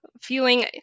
feeling